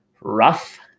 rough